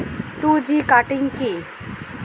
Two G cutting কি?